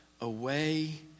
away